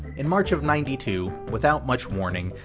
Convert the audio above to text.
in march of ninety two, without much warning,